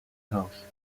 house